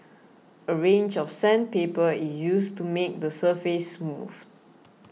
a range of sandpaper is used to make the surface smooth